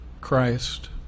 Christ